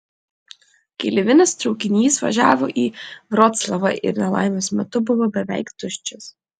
keleivinis traukinys važiavo į vroclavą ir nelaimės metu buvo beveik tuščias